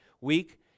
week